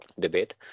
debate